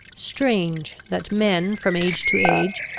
strange, that men, from age to age,